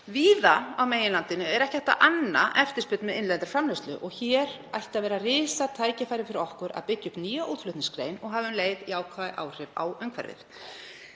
Víða á meginlandinu er ekki hægt að anna eftirspurn með innlendri framleiðslu og hér ætti að vera risatækifæri fyrir okkur að byggja upp nýja útflutningsgrein og hafa um leið jákvæð áhrif á umhverfið.